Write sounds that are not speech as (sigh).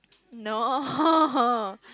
no (laughs)